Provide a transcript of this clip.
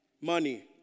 money